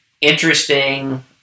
interesting